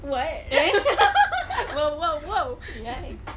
what !wow! !wow! !wow! relax